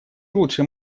лучше